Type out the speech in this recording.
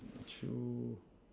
two